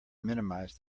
minimize